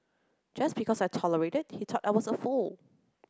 just because I tolerated he thought I was a fool